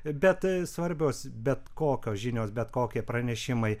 bet tai svarbios bet kokios žinios bet kokie pranešimai